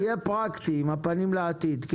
תהיה פרקטי, עם הפנים לעתיד.